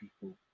people